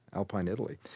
alpine italy.